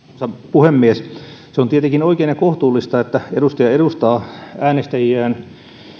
puhemies on tietenkin oikein ja kohtuullista että edustaja edustaa äänestäjiään